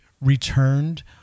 returned